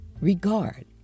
Regard